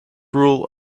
rule